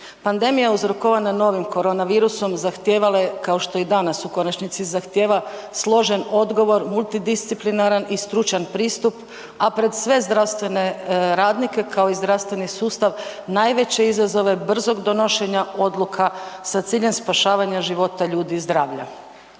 Pandemija uzrokovana novim korona virusom zahtijevala je kao što i danas u konačnici zahtijeva složen odgovor, multidisciplinaran i stručan pristupa, a pred sve zdravstvene radnike kao i zdravstveni sustav najveće izazove brzog donošenja odluka sa ciljem spašavanja života ljudi i zdravlja.